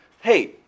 hey